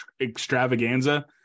extravaganza